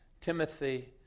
Timothy